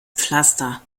pflaster